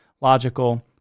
logical